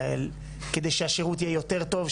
כדי שהשירות יהיה יותר טוב,